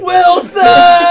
Wilson